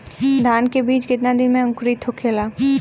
धान के बिज कितना दिन में अंकुरित होखेला?